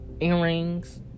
earrings